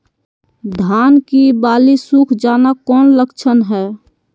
धान की बाली सुख जाना कौन लक्षण हैं?